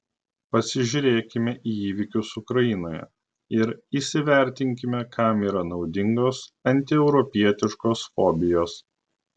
pasižiūrėkime į įvykius ukrainoje ir įsivertinkime kam yra naudingos antieuropietiškos fobijos